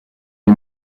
les